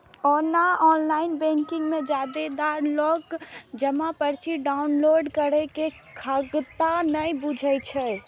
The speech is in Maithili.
ओना ऑनलाइन बैंकिंग मे जादेतर लोक जमा पर्ची डॉउनलोड करै के खगता नै बुझै छै